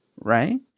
right